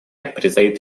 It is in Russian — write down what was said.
предстоит